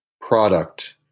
product